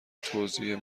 توزیع